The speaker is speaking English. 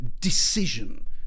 decision